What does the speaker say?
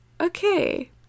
okay